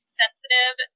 sensitive